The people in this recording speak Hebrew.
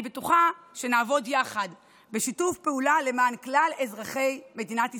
אני בטוחה שנעבוד יחד בשיתוף פעולה למען כלל אזרחי מדינת ישראל,